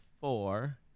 four